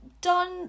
done